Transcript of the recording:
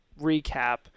recap